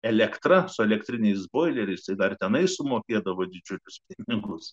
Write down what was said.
elektrą su elektriniais boileriais įtartinais mokėdavo didžiulius pinigus